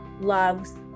loves